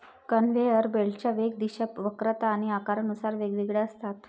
conveyor बेल्टच्या वेग, दिशा, वक्रता आणि आकारानुसार वेगवेगळ्या असतात